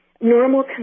normal